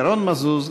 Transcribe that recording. ירון מזוז,